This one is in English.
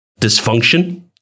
dysfunction